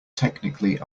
technically